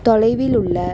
தொலைவில் உள்ள